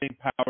power